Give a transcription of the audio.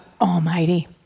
Almighty